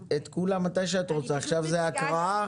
לפני המילים "שכירות שירותיו" יבוא "שכירת שירותיו כנציג אחראי